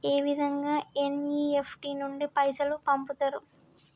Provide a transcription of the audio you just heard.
ఏ విధంగా ఎన్.ఇ.ఎఫ్.టి నుండి పైసలు పంపుతరు?